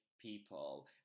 people